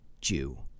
Jew